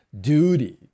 duty